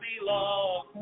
belong